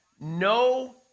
No